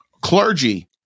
clergy